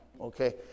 Okay